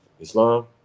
Islam